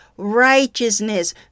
righteousness